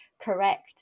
correct